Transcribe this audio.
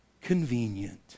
convenient